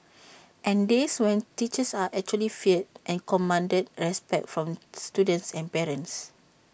and days when teachers are actually feared and commanded respect from students and parents